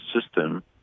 system